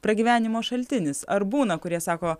pragyvenimo šaltinis ar būna kurie sako